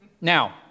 Now